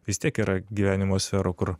vis tiek yra gyvenimo sferų kur